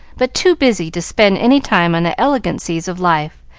but too busy to spend any time on the elegancies of life,